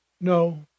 no